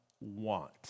want